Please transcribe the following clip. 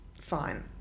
fine